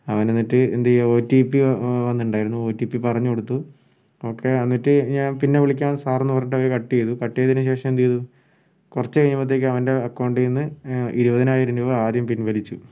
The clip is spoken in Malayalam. അവനെന്നിട്ട് എന്തു ചെയ്യാൻ ഒ ടി പി വന്നിട്ടുണ്ടായിരുന്നു ഒ ടി പി പറഞ്ഞു കൊടുത്തു ഓക്കേ എന്നിട്ട് ഞാൻ പിന്നെ വിളിക്കാം സർ എന്നു പറഞ്ഞിട്ട് അവർ കട്ട് ചെയ്തു കട്ട് ചെയ്തതിനു ശേഷം എന്തു ചെയ്തു കുറച്ചു കഴിഞ്ഞപ്പോഴത്തേക്കും അവൻ്റെ അക്കൗണ്ടിൽ നിന്ന് ഇരുപതിനായിരം രൂപ ആദ്യം പിൻവലിച്ചു